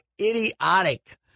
idiotic